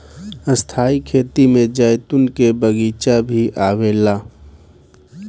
स्थाई खेती में जैतून के बगीचा भी आवेला